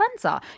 cleanser